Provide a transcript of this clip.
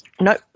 no